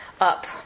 up